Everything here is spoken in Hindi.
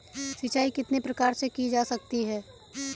सिंचाई कितने प्रकार से की जा सकती है?